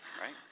right